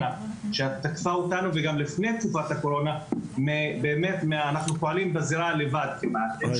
בשער אנחנו רואים באמת את כל